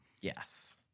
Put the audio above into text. Yes